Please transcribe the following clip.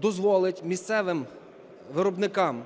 дозволить місцевим виробникам